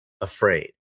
afraid